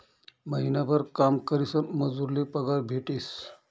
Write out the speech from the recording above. महिनाभर काम करीसन मजूर ले पगार भेटेस